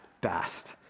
best